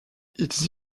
ils